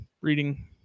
reading